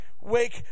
wake